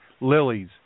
lilies